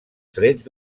trets